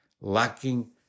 lacking